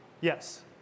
Yes